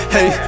Hey